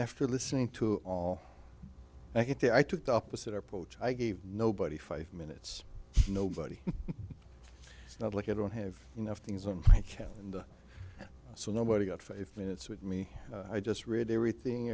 after listening to all i get it i took the opposite approach i gave nobody five minutes nobody not like i don't have enough things on my calendar so nobody got five minutes with me i just read everything